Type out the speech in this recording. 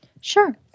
Sure